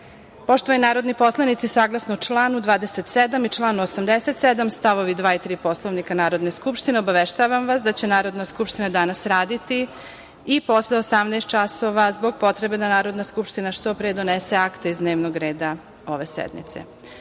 reda. Poštovani narodni poslanici, saglasno članu 27. i članu 87. stavovi 2. i 3. Poslovnika Narodne skupštine, obaveštavam vas da će Narodna skupština danas raditi i posle 18.00 časova zbog potrebe da Narodna skupština što pre donese akte iz dnevnog reda ove sednice. Reč